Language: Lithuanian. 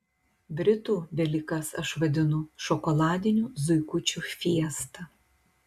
britų velykas aš vadinu šokoladinių zuikučių fiesta